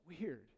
weird